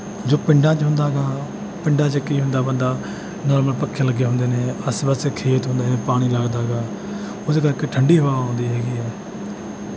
ਜੋ ਪਿੰਡਾਂ 'ਚ ਹੁੰਦਾ ਹੈਗਾ ਪਿੰਡਾਂ 'ਚ ਕੀ ਹੁੰਦਾ ਬੰਦਾ ਨੋਰਮਲ ਪੱਖੇ ਲੱਗੇ ਹੁੰਦੇ ਨੇ ਆਸੇ ਪਾਸੇ ਖੇਤ ਹੁੰਦਾ ਹੈ ਪਾਣੀ ਲੱਗਦਾ ਹੈਗਾ ਉਹਦੇ ਕਰਕੇ ਠੰਡੀ ਹਵਾ ਆਉਂਦੀ ਹੈਗੀ ਹੈ